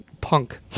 punk